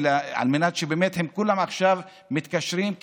הם כולם עכשיו מתקשרים,